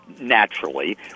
naturally